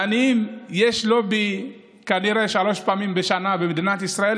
לעניים יש לובי כנראה שלוש פעמים בשנה במדינת ישראל,